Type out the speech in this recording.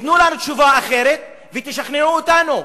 תנו לנו תשובה אחרת ותשכנעו אותנו.